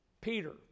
Peter